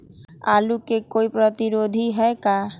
आलू के कोई प्रतिरोधी है का?